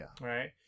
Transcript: Right